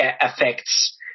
affects